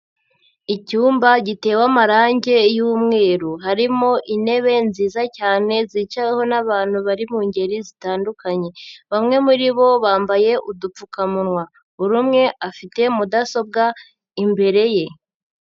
Icyumba gitewe amarange y'umweru harimo intebe nziza cyane zicaweho n'abantu bari mu ngeri zitandukanye, bamwe muri bo bambaye udupfukamunwa buri umwe afite mudasobwa imbere ye.